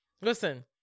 Listen